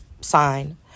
sign